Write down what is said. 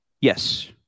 Yes